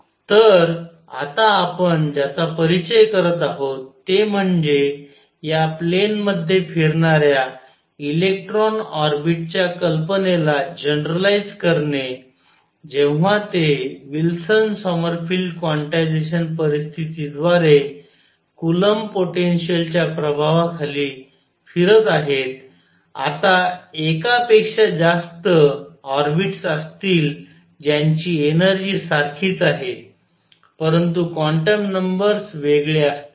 तर आता आपण ज्याचा परिचय करत आहोत ते म्हणजे या प्लेन मध्ये फिरणाऱ्या इलेक्ट्रॉन ऑर्बिटच्या कल्पनेला जनरलाईज करणे जेव्हा ते विल्सन सॉमरफिल्ड क्वांटायझेशन परिस्थितीद्वारे कूलॉम्ब पोटेन्शिअलच्या प्रभावाखाली फिरत आहेत आता एका पेक्षा ज्यास्त ऑर्बिटस असतील ज्यांची एनर्जी सारखीच आहे परंतु क्वान्टम नंबर्स वेगळे असतील